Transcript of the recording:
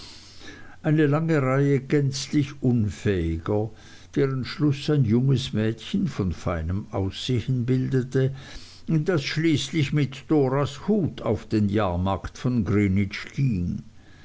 eine lange reihe gänzlich unfähiger deren schluß ein junges mädchen von feinem aussehen bildete das schließlich mit doras hut auf den jahrmarkt von